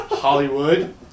Hollywood